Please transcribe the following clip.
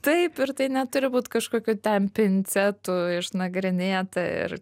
taip ir tai neturi būt kažkokiu ten pincetu išnagrinėta ir